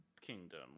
Kingdom